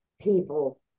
people